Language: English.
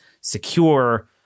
secure